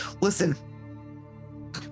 Listen